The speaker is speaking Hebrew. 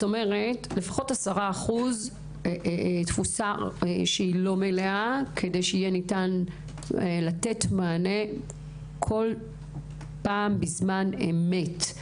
לפחות 10% מקום כדי שיהיה ניתן לתת מענה בזמן אמת.